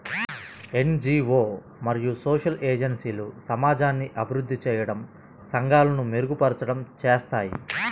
NGO మరియు social ఏజెన్సీలు సమాజాన్ని అభివృద్ధి చేయడం, సంఘాలను మెరుగుపరచడం చేస్తాయి